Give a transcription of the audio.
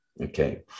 okay